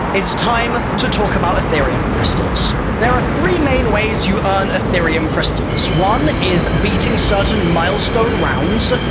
it's time to talk about aetherium crystals. there are three main ways you earn aetherium crystals. one is beating certain milestone rounds.